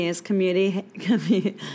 community